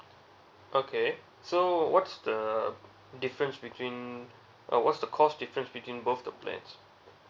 okay so what's the difference between uh what's the cost difference between both the plans